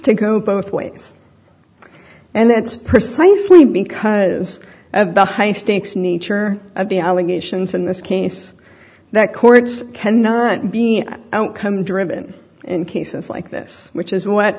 to go both ways and that's precisely because high stakes nature of the allegations in this case that courts can not be an outcome driven in cases like this which is what